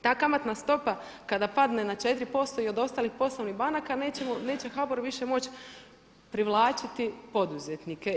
Ta kamatna stopa kada padne na 4% i od ostalih poslovnih banaka neće HBOR više moći privlačiti poduzetnike.